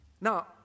now